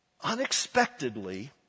unexpectedly